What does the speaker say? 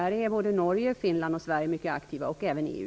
Där är både Norge, Finland och Sverige mycket aktiva och även EU.